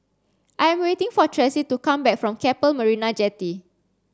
I am waiting for Tressie to come back from Keppel Marina Jetty